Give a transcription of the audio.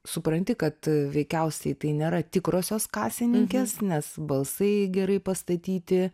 supranti kad veikiausiai tai nėra tikrosios kasininkės nes balsai gerai pastatyti